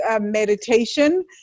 meditation